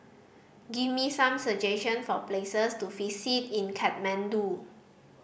give me some suggestion for places to visit in Kathmandu